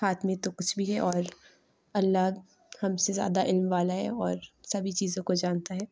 ہاتھ میں تو کچھ بھی ہے اور اللہ ہم سے زیادہ علم والا ہے اور سبھی چیزوں کو جانتا ہے